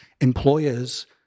employers